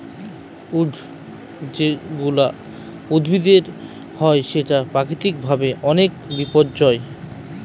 weed যেগুলা উদ্ভিদের হয় সেটা প্রাকৃতিক ভাবে অনেক বিপর্যই